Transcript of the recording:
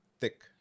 Thick